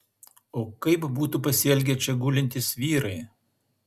o kaip būtų pasielgę čia gulintys vyrai